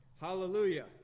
Hallelujah